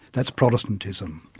that's protestantism.